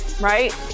right